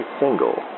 single